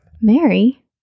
Mary